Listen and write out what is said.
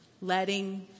letting